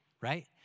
right